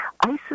ISIS